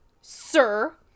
sir